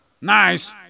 Nice